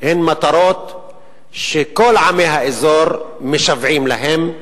הן מטרות שכל עמי האזור משוועים להן,